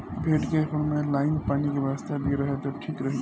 भेड़ के फार्म में लाइन पानी के व्यवस्था भी रहे त ठीक रही